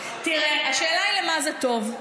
תראה, השאלה היא למה זה טוב.